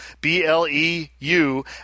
B-L-E-U